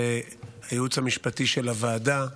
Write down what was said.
והייעוץ המשפטי של הוועדה,